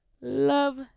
love